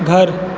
घर